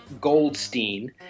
goldstein